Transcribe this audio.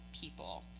people